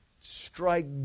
strike